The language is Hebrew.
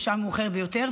בשעה מאוחרת ביותר,